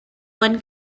one